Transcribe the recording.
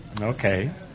Okay